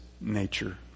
nature